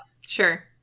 Sure